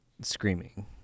screaming